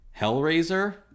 Hellraiser